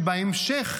כשבהמשך,